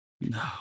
No